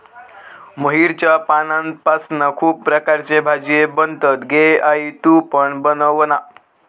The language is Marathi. मोहरीच्या पानांपासना खुप प्रकारचे भाजीये बनतत गे आई तु पण बनवना